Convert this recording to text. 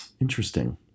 interesting